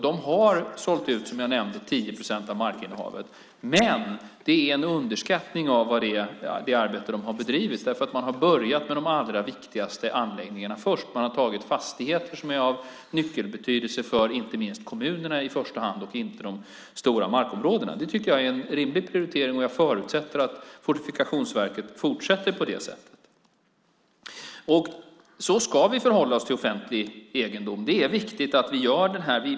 De har sålt ut 10 procent av markinnehavet, som jag nämnde tidigare, men det är en underskattning av det arbete de har bedrivit. De har börjat med de allra viktigaste anläggningarna först. De har tagit fastigheter som är av nyckelbetydelse för inte minst kommunerna i första hand och inte de stora markområdena. Det tycker jag är en rimlig prioritering, och jag förutsätter att Fortifikationsverket fortsätter på det sättet. Så ska vi förhålla oss till offentlig egendom. Det är viktigt att vi gör detta.